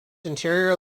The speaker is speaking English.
interior